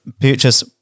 purchase